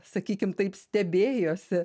sakykim taip stebėjosi